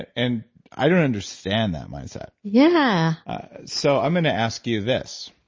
and i don't understand that mindset yeah so i'm gonna ask you this.